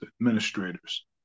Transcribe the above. administrators